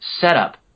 setup